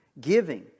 Giving